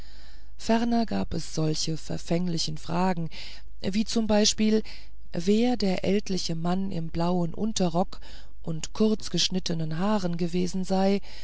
ferner gab es solche verfängliche fragen wie z b wer der ältliche mann im blauen unterrock und kurz verschnittenen haaren gewesen sei